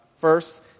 First